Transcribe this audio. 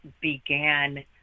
began